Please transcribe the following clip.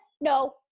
no